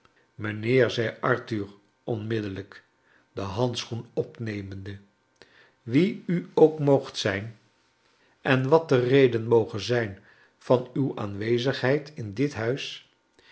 mijnheer zei arthur onmiddellijk den hands c hoe n opnemende wie u ook moogt zijn en wat de reden moge zijn van uwe aanwezigheid in dit huis